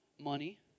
money